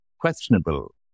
questionable